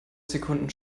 sekunden